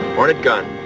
hornet gun